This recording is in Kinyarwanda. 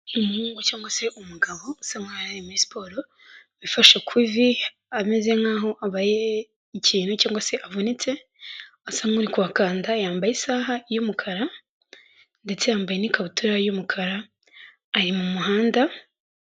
Umuhungu cyangwa se umugabo usa nk'aho yari ari muri siporo, yifashe ku ivi ameze nk'aho abaye ikintu cyangwa se avunitse, asa nk'uri kuhakanda, yambaye isaha y'umukara ndetse yambaye n'ikabutura y'umukara ari mu muhanda...